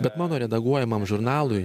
bet mano redaguojamam žurnalui